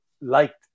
liked